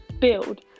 build